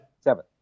Seven